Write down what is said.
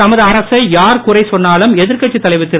தமது அரசை யார் குறை சொன்னாலும் எதிர்கட்சி தலைவர் திரு